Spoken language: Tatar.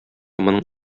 моның